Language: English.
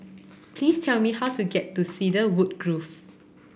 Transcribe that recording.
please tell me how to get to Cedarwood Grove